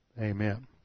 Amen